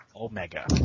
Omega